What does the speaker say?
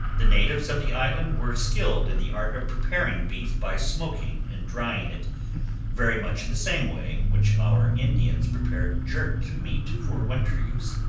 the natives of the island were skilled in the art of preparing beef by smoking and drying it very much in the same way in which our indians prepare jerked meat for winter use.